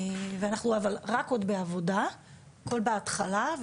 אבל אנחנו רק בעבודה, הכל בהתחלה.